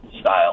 style